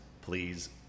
please